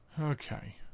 Okay